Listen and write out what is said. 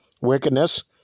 wickedness